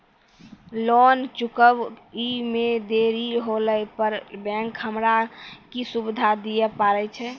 Loan चुकब इ मे देरी होला पर बैंक हमरा की सुविधा दिये पारे छै?